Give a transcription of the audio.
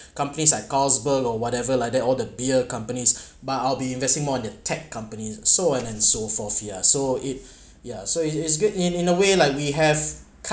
companies like carlsberg or whatever like that all the beer companies but I'll be investing more in the tech companies saw on and so forth yeah so it yeah so it's it's good in in a way like we have